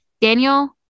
Daniel